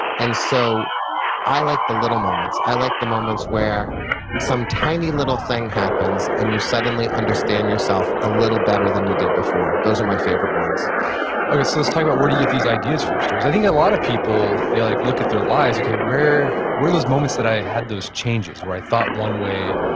and so i like the little moments. i like the moments where some tiny little thing happens and you suddenly understand yourself a little better than you did before. those are my favorite ones okay. let's talk about where you get these ideas for your stories. i think a lot of people, they like look look at their lives, okay, where were those moments that i had those changes where i thought one way,